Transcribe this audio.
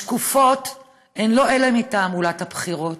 השקופות הן לא אלו מתעמולת הבחירות,